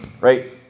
right